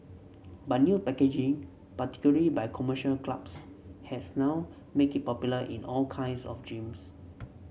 but new packaging particularly by commercial clubs has now make it popular in all kinds of gyms